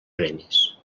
premis